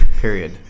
period